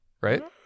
right